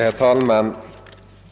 Herr talman!